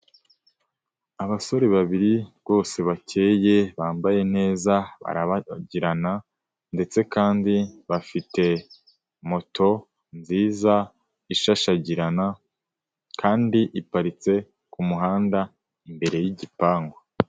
Abasore babiri rwose bakeye bambaye neza barababagirana ndetse kandi bafite moto nziza ishashagirana kandi iparitse ku muhanda imbere y'igipangu.